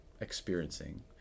experiencing